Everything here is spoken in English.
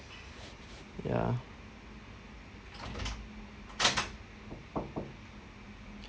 ya